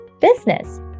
business